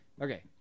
Okay